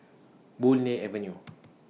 Boon Lay Avenue